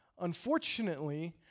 Unfortunately